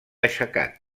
aixecat